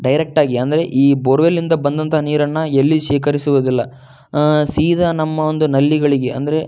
ಡೈರೆಕ್ಟಾಗಿ ಅಂದರೆ ಈ ಬೋರ್ವೆಲ್ಲಿಂದ ಬಂದಂಥ ನೀರನ್ನು ಎಲ್ಲಿಯೂ ಶೇಖರಿಸುವುದಿಲ್ಲ ಸೀದ ನಮ್ಮ ಒಂದು ನಲ್ಲಿಗಳಿಗೆ ಅಂದರೆ